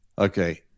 Okay